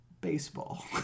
baseball